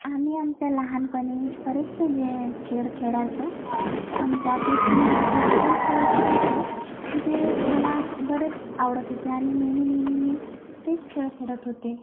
आम्ही आमच्या लहानपणी बरेचशे गे खेळ खेळायचो अन् त्यापैकी एकदोन खेळ असे होते की ते मला बरेच आवडत होते आणि नेहमी नेहमी मी तेच खेळ खेळत होते